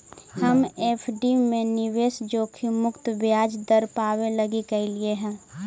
हम एफ.डी में निवेश जोखिम मुक्त ब्याज दर पाबे लागी कयलीअई हल